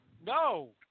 No